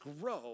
grow